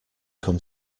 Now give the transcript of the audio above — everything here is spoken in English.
come